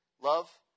Love